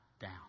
down